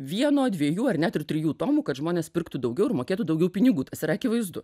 vieno dviejų ar net ir trijų tomų kad žmonės pirktų daugiau ir mokėtų daugiau pinigų tas yra akivaizdu